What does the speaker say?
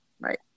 Right